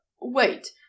wait